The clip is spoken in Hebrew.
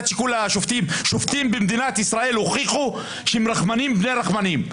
שופטים במדינת ישראל הוכיחו שהם רחמנים בני רחמנים.